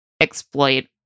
exploit